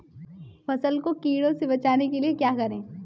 फसल को कीड़ों से बचाने के लिए क्या करें?